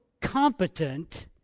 competent